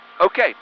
okay